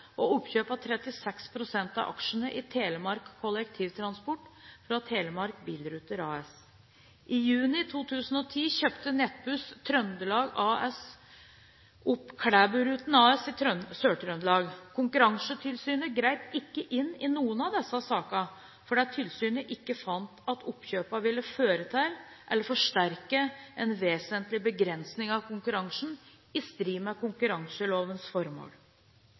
og oppkjøp av 36 pst. av aksjene i Telemark Kollektivtransport fra Telemark Bilruter AS. I juni 2010 kjøpte Nettbuss Trøndelag AS opp Klæburuten AS i Sør-Trøndelag. Konkurransetilsynet grep ikke inn i noen av disse sakene fordi tilsynet ikke fant at oppkjøpene ville føre til eller forsterke en vesentlig begrensning av konkurransen i strid med konkurranselovens formål.